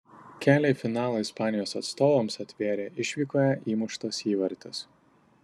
kelią į finalą ispanijos atstovams atvėrė išvykoje įmuštas įvartis